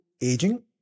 aging